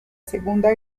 segunda